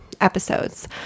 episodes